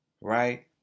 Right